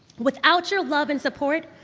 without your love and support,